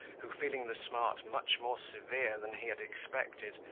who, feeling the smart much more severe than he had expected,